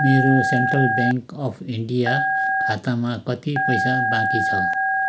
मेरो Central Bank of India खातामा कति पैसा बाँकी छ